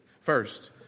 First